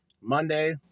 Monday